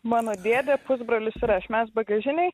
mano dėdė pusbrolis ir aš mes bagažinėj